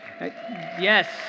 Yes